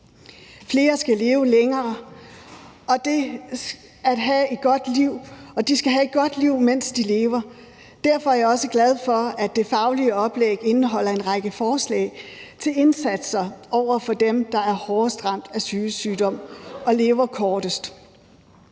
Flere skal leve længere, og de skal have et godt liv, mens de lever. Derfor er jeg også glad for, at det faglige oplæg indeholder en række forslag til indsatser over for dem, der er hårdest ramt af psykisk sygdom, og som lever kortest